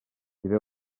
diré